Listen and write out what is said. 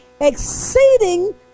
exceeding